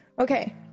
okay